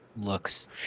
looks